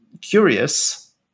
curious